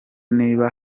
niba